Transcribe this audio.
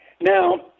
Now